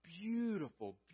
Beautiful